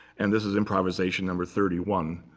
and this is improvisation number thirty one,